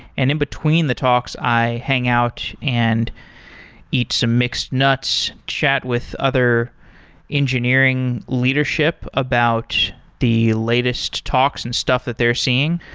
and in between the talks i hang out and eat some mixed nuts, chat with other engineering leadership about the latest talks and stuff that they're seeing,